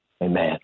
Amen